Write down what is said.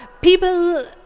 people